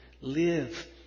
live